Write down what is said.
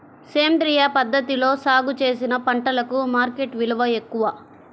సేంద్రియ పద్ధతిలో సాగు చేసిన పంటలకు మార్కెట్ విలువ ఎక్కువ